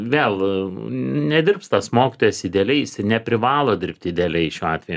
vėl nedirbs tas mokytojas idealiai jis ir neprivalo dirbti idealiai šiuo atveju